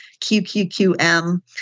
QQQM